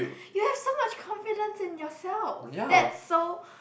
you have so much confidence in yourself that's so